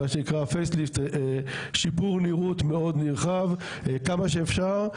מה שנקרא face lift שיפור נראות מאוד נרחב כמה שאפשר,